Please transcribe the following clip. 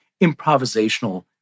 improvisational